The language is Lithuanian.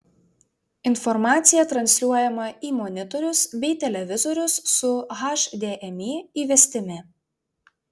informacija transliuojama į monitorius bei televizorius su hdmi įvestimi